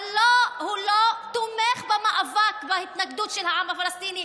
אבל הוא לא תומך במאבק ההתנגדות של העם הפלסטיני.